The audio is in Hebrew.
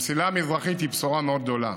המסילה המזרחית היא בשורה מאוד גדולה,